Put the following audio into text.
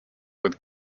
with